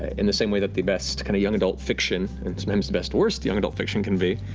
in the same way that the best and young adult fiction, and sometimes the best worst young adult fiction can be.